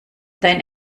dein